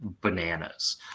bananas